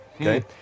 Okay